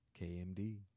KMD